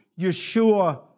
Yeshua